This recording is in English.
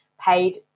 paid